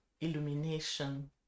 illumination